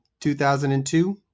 2002